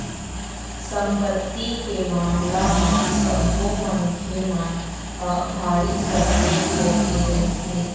संपत्ति के मामला म सब्बो मनखे मन ह भारी सचेत होके रहिथे